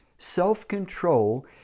Self-control